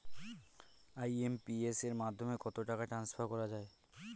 IMPS এর মাধ্যমে কত টাকা ট্রান্সফার করা যায়?